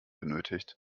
benötigt